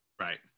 Right